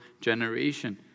generation